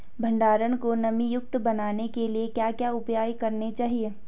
भंडारण को नमी युक्त बनाने के लिए क्या क्या उपाय करने चाहिए?